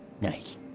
Nice